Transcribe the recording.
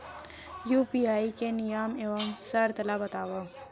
UPI के नियम एवं शर्त ला बतावव